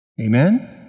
Amen